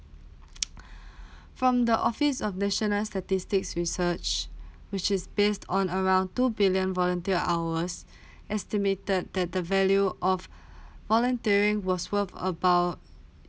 from the office of national statistic research which is based on around two billion volunteer hours estimated that the value of volunteering was worth about